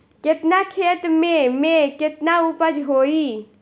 केतना खेत में में केतना उपज होई?